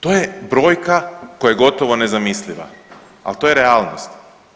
To je brojka koja je gotovo nezamisliva, al to je realnost.